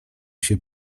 się